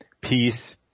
peace